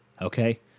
okay